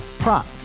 Prop